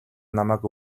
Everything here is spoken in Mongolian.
намайг